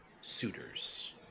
suitors